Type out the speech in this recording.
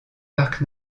parc